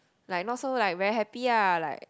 like not so like very happy lah like